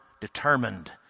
determined